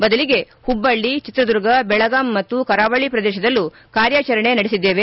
ಬದಲಿಗೆ ಹುಬ್ಬಳ್ಳಿ ಚಿತ್ರದುರ್ಗ ಬೆಳಗಾವಿ ಮತ್ತು ಕರಾವಳಿ ಪ್ರದೇಶದಲ್ಲೂ ಕಾರ್ಯಾಚರಣೆ ನಡೆಸಿದ್ದೇವೆ